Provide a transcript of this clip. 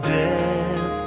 death